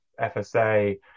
FSA